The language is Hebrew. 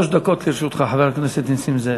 שלוש דקות לרשותך, חבר הכנסת נסים זאב.